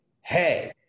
hey